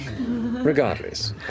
Regardless